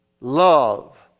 Love